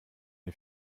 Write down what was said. die